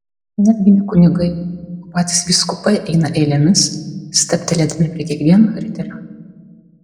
netgi ne kunigai o patys vyskupai eina eilėmis stabtelėdami prie kiekvieno riterio